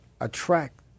attract